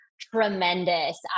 tremendous